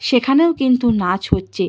সেখানেও কিন্তু নাচ হচ্ছে